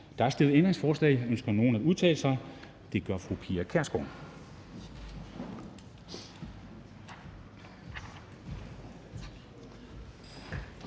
Der er stillet ændringsforslag. Ønsker nogen at udtale sig? Det gør fru Pia Kjærsgaard.